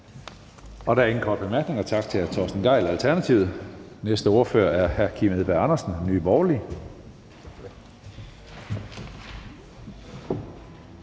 Der er ingen korte bemærkninger. Tak til hr. Torsten Gejl, Alternativet. Næste ordfører er hr. Kim Edberg Andersen, Nye Borgerlige.